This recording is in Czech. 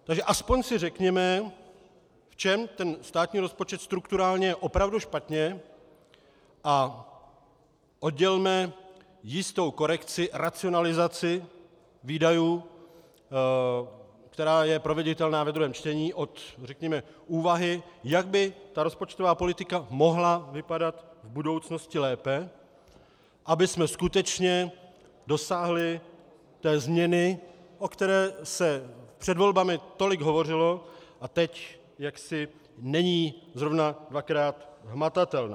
Takže aspoň si řekněme, v čem ten státní rozpočet strukturálně je opravdu špatně, a oddělme jistou korekci, racionalizaci výdajů, která je proveditelná ve druhém čtení, od řekněme úvahy, jak by ta rozpočtová politika mohla vypadat v budoucnosti lépe, abychom skutečně dosáhli té změny, o které se před volbami tolik hovořilo a teď jaksi není zrovna dvakrát hmatatelná.